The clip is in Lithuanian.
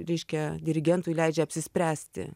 reiškia dirigentui leidžia apsispręsti